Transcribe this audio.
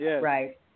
right